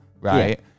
right